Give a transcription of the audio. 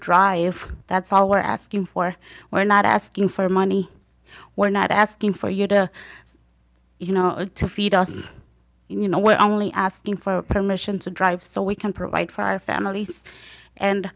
drive that's all we're asking for we're not asking for money we're not asking for you to you know to feed us you know we're only asking for permission to drive so we can provide for our families and